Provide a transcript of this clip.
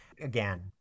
again